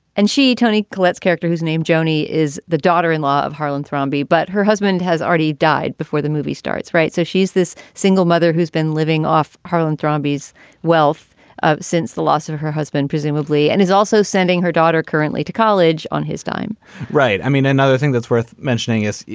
and she, tony collette's character, who's named joanie, is the daughter in law of harlan thrombin, but her husband has already died before the movie starts. right. so she's this single mother who's been living off harlan thrombus wealth ah since the loss of her husband, presumably, and is also sending her daughter currently to college on his dime right. i mean, another thing that's worth mentioning is,